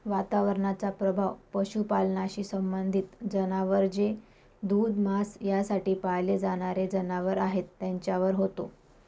वातावरणाचा प्रभाव पशुपालनाशी संबंधित जनावर जे दूध, मांस यासाठी पाळले जाणारे जनावर आहेत त्यांच्यावर होतो